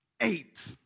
eight